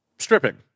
stripping